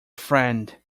friend